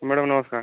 madam ନମସ୍କାର